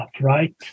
right